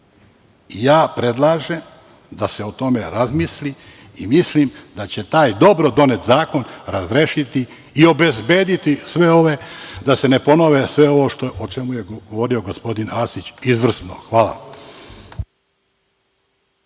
predlažem da se o tome razmisli i mislim da će taj dobro donet zakon razrešiti i obezbediti sve ove, da se ne ponove sve ovo o čemu je govorio gospodin Arsić izvrsno. Hvala.